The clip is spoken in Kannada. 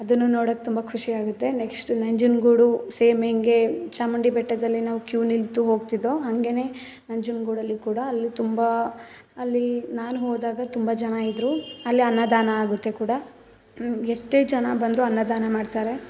ಅದನ್ನು ನೋಡಕ್ಕೆ ತುಂಬ ಖುಷಿ ಆಗುತ್ತೆ ನೆಕ್ಸ್ಟ್ ನಂಜನಗೂಡು ಸೇಮ್ ಹೇಗೆ ಚಾಮುಂಡಿ ಬೆಟ್ಟದಲ್ಲಿ ನಾವು ಕ್ಯೂ ನಿಂತು ಹೋಗ್ತಿದ್ವೋ ಹಾಗೆನೇ ನಂಜನಗೂಡಲ್ಲಿಯೂ ಕೂಡ ಅಲ್ಯೂ ತುಂಬ ಅಲ್ಲಿ ನಾನು ಹೋದಾಗ ತುಂಬ ಜನ ಇದ್ದರು ಅಲ್ಲಿ ಅನ್ನದಾನ ಆಗುತ್ತೆ ಕೂಡ ಎಷ್ಟೇ ಜನ ಬಂದರೂ ಅನ್ನದಾನ ಮಾಡ್ತಾರೆ